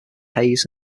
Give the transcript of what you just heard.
hayes